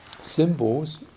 symbols